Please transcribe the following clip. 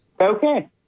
Okay